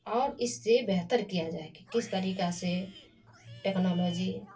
اور اس سے بہتر کیا جائے کہ کس طریقہ سے ٹیکنالوجی